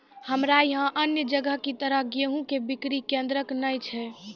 हमरा यहाँ अन्य जगह की तरह गेहूँ के बिक्री केन्द्रऽक नैय छैय?